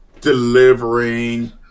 delivering